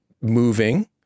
moving